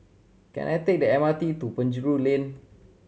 can I take the M R T to Penjuru Lane